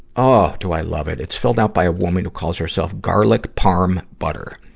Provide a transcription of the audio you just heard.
ah, do i love it. it's filled out by a woman who calls herself garlic parm butter.